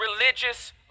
religious